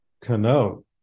connote